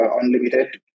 Unlimited